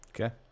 Okay